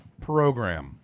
program